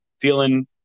feeling